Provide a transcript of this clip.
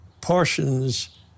portions